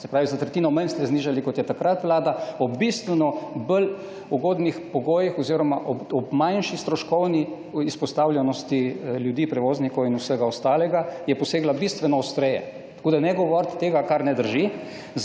ste jo za tretjino manj znižali, kot jo je vlada takrat. Ob bistveno bolj ugodnih pogojih oziroma ob manjši stroškovni izpostavljenosti ljudi, prevoznikov in vsega ostalega je posegla bistveno ostreje. Tako ne govorite tega, kar ne drži.